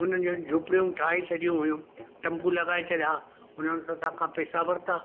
हुननि जो झूपड़ियूं ठाहे छॾियूं हुइयूं तंबू लॻाए छॾिया हा उन्हनि असांखां पैसा वरिता